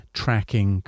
tracking